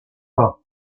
pas